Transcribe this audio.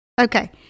Okay